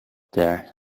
there